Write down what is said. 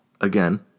again